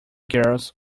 girls